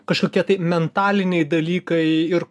kažkokie mentaliniai dalykai ir